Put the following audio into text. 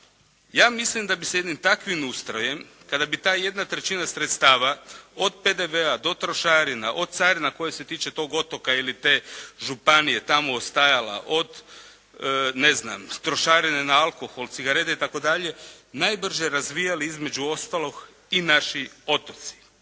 Ja mislim da bi se jednim takvim ustrojem kada bi ta jedna trećina sredstava od PDV-a do trošarina, od carina koje se tiče tog otoka ili te županije tamo ostajala od ne znam trošarine na alkohol, cigarete itd. najbrže razvijali između ostalog i naši otoci.